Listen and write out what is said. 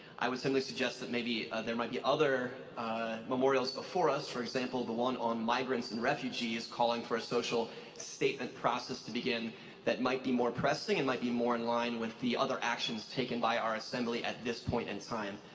i would simply suggest that maybe there might be other memorials before us for example the one on migrants and refugees calling for a social statement process to begin that might be more pressing and might be more in line with the other actions taken by our assembly at this point in time.